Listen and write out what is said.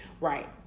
Right